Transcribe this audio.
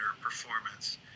performance